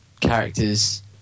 characters